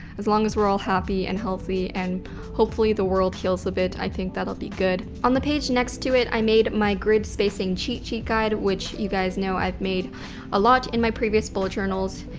as long as we're all happy and healthy and hopefully the world heals a bit, i think that'll be good. on the page next to it, i made my grid spacing cheat sheet guide which you guys know i've made a lot in my previous bullet journals.